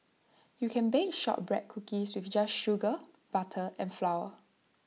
you can bake Shortbread Cookies just with sugar butter and flour